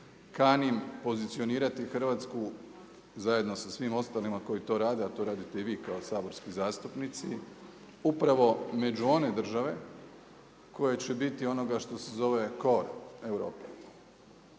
kanim pozicionirati Hrvatsku zajedno sa svim ostalima koji to rade, a to radite i vi kao saborski zastupnici, upravo među one države koje će biti onoga što se zove core Europe.